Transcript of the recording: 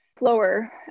lower